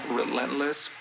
relentless